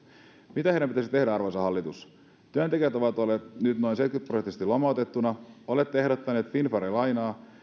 mitä heidän pitäisi tehdä arvoisa hallitus työntekijät ovat olleet nyt noin seitsemänkymmentä prosenttisesti lomautettuna olette ehdottaneet finnvera lainaa